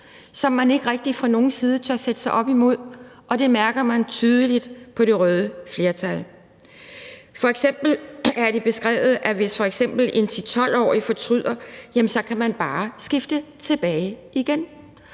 som man ikke rigtig fra nogens side tør sætte sig op imod. Det mærker man tydeligt på det røde flertal. Det er f.eks. beskrevet, at hvis en 10-12-årig fortryder, kan man bare skifte tilbage.